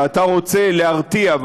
ואתה רוצה להרתיע,